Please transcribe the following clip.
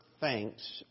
Thanks